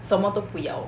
什么都不要